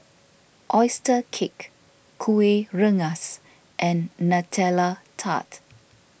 Oyster Cake Kuih Rengas and Nutella Tart